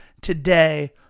today